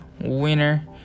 winner